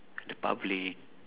the public